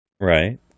Right